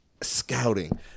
scouting